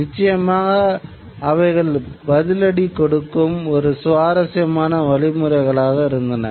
நிச்சயமாக அவைகள் பதிலடி கொடுக்கும் ஒரு சுவாரஸ்யமான வழிமுறைகளாக இருந்தன